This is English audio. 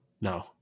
No